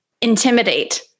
intimidate